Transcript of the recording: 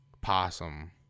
possum